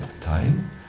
time